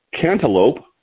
cantaloupe